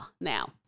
now